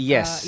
Yes